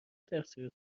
تقصیر